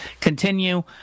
continue